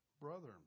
brother